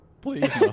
Please